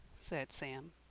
said sam.